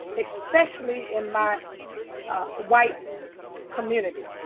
especially in my white community.